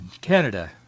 Canada